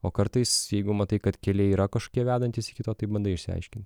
o kartais jeigu matai kad keliai yra kažkokie vedantys iki to taip bandai išsiaiškinti